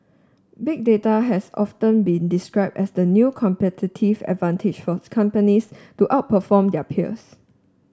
Big Data has often been described as the new competitive advantage forth companies to outperform their peers